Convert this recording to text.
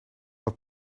dat